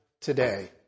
today